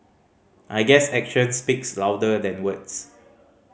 I guess action speaks louder than words